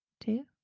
Two